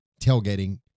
tailgating